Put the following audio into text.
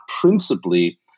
principally